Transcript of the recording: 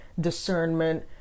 discernment